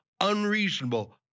unreasonable